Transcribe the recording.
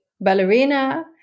ballerina